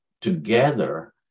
together